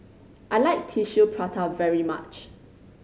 I like Tissue Prata very much